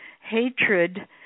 hatred